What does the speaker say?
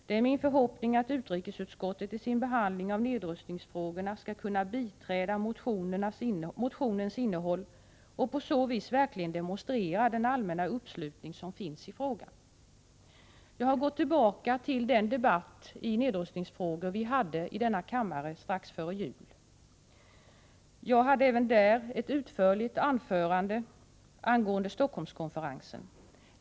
Det är min förhoppning att utrikesutskottet i sin behandling av nedrustningsfrågorna skall kunna biträda motionens innehåll och på så vis verkligen demonstrera den allmänna uppslutning som finns i frågan. Jag har gått tillbaka till den debatt vi hade i nedrustningsfrågor strax före jul. Även då höll jag ett utförligt anförande om Stockholmskonferensen.